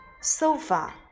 sofa